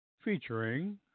featuring